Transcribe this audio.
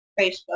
Facebook